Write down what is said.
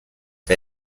der